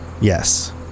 yes